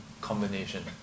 combination